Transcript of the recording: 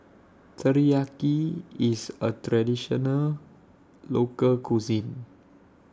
Teriyaki IS A Traditional Local Cuisine